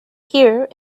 here